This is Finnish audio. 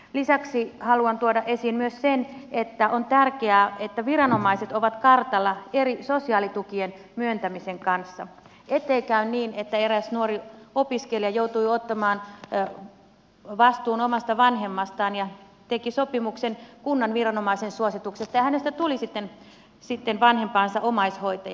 lisäksi haluan tuoda esiin myös sen että on tärkeää että viranomaiset ovat kartalla eri sosiaalitukien myöntämisen kanssa ettei käy niin kuin eräälle nuorelle opiskelijalle joka joutui ottamaan vastuun omasta vanhemmastaan ja teki sopimuksen kunnan viranomaisen suosituksesta ja hänestä tuli sitten vanhempansa omaishoitaja